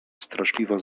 straszliwa